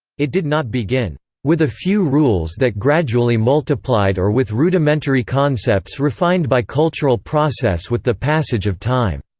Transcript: it did not begin with a few rules that gradually multiplied or with rudimentary concepts refined by cultural process with the passage of time.